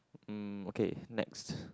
mm okay next